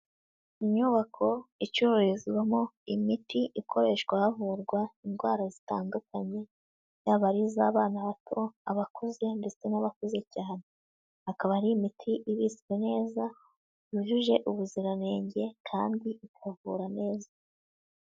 Inyubako icyorezwabamo imiti ikoreshwa havurwa indwara zitandukanye, yaba arizbana bato, abakuze ndetse n'abakuze cyane, akaba ari imiti ibiswe neza yujuje ubuziranenge kandi ikavura neza.